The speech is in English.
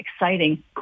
exciting